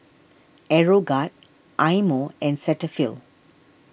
Aeroguard Eye Mo and Cetaphil